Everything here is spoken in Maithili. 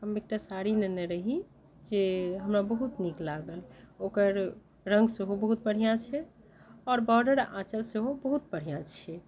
हम एकटा साड़ी नेने रही जे हमरा बहुत नीक लागल ओकर रङ्ग सेहो बहुत बढ़िआँ छै आओर बोर्डर आँचल सेहो बहुत बढ़िआँ छै